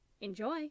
Enjoy